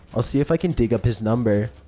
i'll see if i can dig up his number.